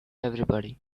everybody